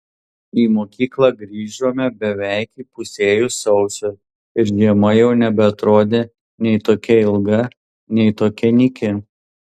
į mokyklą grįžome beveik įpusėjus sausiui ir žiema jau nebeatrodė nei tokia ilga nei tokia nyki